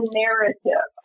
narrative